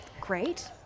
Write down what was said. Great